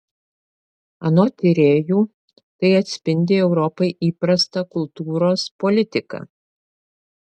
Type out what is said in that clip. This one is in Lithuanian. anot tyrėjų tai atspindi europai įprastą kultūros politiką